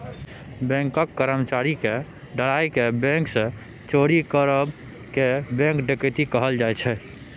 बैंकक कर्मचारी केँ डराए केँ बैंक सँ चोरी करब केँ बैंक डकैती कहल जाइ छै